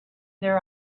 their